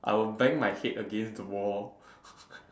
I will bang my head against the wall